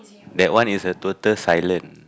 that one is a total silent